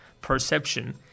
perception